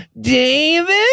David